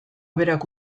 berak